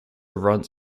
runs